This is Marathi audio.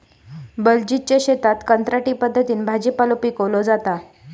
बलजीतच्या शेतात कंत्राटी पद्धतीन भाजीपालो पिकवलो जाता